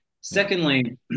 Secondly